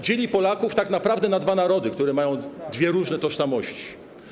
Dzieli Polaków tak naprawdę na dwa narody, które mają dwie różne tożsamości.